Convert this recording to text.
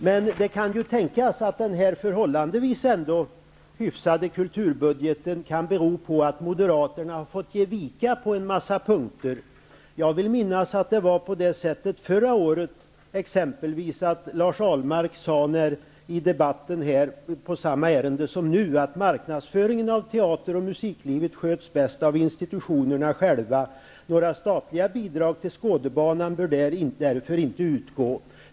Men det kan ju tänkas att den här ändå förhållandevis hyfsade kulturbudgeten kan bero på att moderaterna har fått ge vika på en massa punkter. Jag vill minnas att förra året sade Lars Ahlmark i debatten om samma ärende som nu att marknadsföringen av teater och musiklivet sköts bäst av institutionerna själva. Några statliga bidrag till Skådebanan borde därför inte utgå.